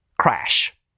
crash